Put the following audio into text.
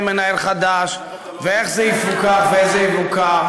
מנהל חדש ואיך זה יפוקח ואיך זה יבוקר,